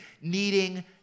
needing